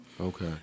Okay